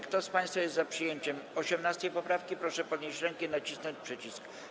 Kto z państwa jest za przyjęciem 18. poprawki, proszę podnieść rękę i nacisnąć przycisk.